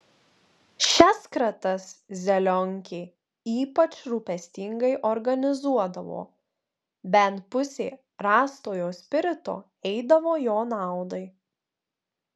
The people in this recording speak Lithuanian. šias kratas zelionkė ypač rūpestingai organizuodavo bent pusė rastojo spirito eidavo jo naudai